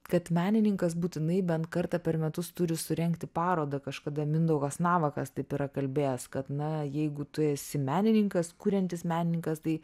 kad menininkas būtinai bent kartą per metus turi surengti parodą kažkada mindaugas navakas taip yra kalbėjęs kad na jeigu tu esi menininkas kuriantis menininkas tai